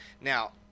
Now